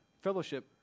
fellowship